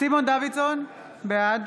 סימון דוידסון, בעד